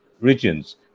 regions